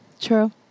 True